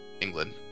England